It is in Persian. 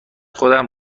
خودم